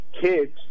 kids